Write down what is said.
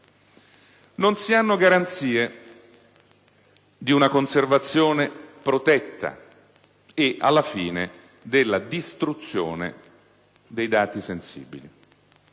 Non si hanno garanzie di una conservazione protetta e, alla fine, della distruzione dei dati sensibili,